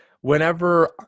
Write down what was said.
whenever